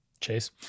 Chase